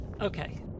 Okay